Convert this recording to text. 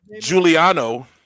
Giuliano